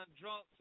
drunk